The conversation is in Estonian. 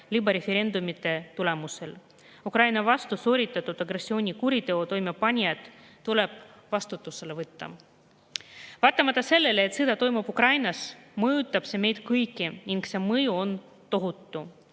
libareferendumitega. Ukraina vastu sooritatud agressioonikuriteo toimepanijad tuleb vastutusele võtta. Vaatamata sellele, et sõda toimub Ukrainas, mõjutab see meid kõiki. Ja see mõju on tohutu.